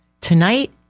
Tonight